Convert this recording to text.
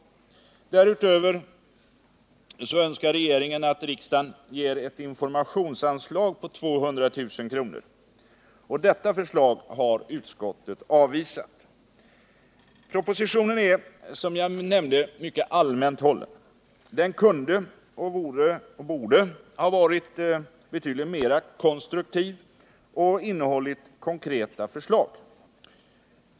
Därutöver önskar regeringen att riksdagen ger ett informationsanslag på 200 000 kr. Detta förslag har utskottet avvisat. Propositionen är, som jag nämnde, mycket allmänt hållen. Den kunde och borde ha varit betydligt mer konstruktiv och innehållit konkreta förslag.